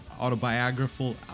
autobiographical